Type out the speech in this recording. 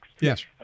Yes